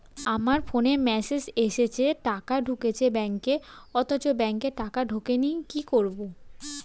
আমার ফোনে মেসেজ এসেছে টাকা ঢুকেছে ব্যাঙ্কে অথচ ব্যাংকে টাকা ঢোকেনি কি করবো?